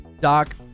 Doc